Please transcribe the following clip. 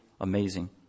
amazing